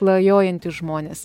klajojantys žmonės